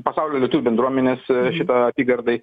pasaulio lietuvių bendruomenės šita apygardai